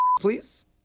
please